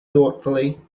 thoughtfully